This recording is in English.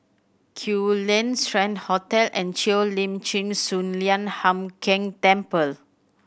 Kew Lane Strand Hotel and Cheo Lim Chin Sun Lian Hup Keng Temple